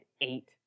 eight